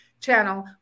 channel